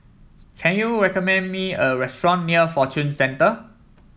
can you recommend me a restaurant near Fortune Centre